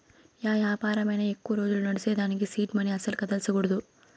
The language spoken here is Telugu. యా యాపారమైనా ఎక్కువ రోజులు నడ్సేదానికి సీడ్ మనీ అస్సల కదల్సకూడదు